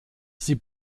sie